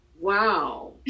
Wow